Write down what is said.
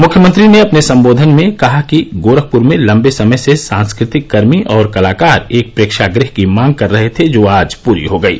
मुख्यमंत्री ने अपने सम्बोधन में कहा कि गोरखपुर में लंबे समय से सांस्कृतिक कर्मी और कलाकार एक प्रेक्षागृह की मांग कर रहे थे जो आज परी हो गयी